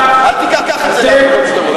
אל תיקח את זה למקום שאתה לא צריך.